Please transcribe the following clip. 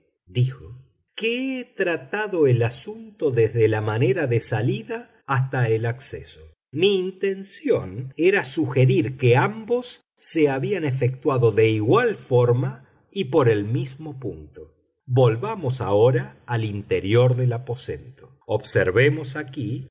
dijo que he tratado el asunto desde la manera de salida hasta la de acceso mi intención era sugerir que ambos se habían efectuado de igual forma y por el mismo punto volvamos ahora al interior del aposento observemos aquí